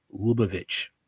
Lubavitch